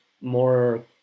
more